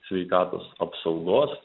sveikatos apsaugos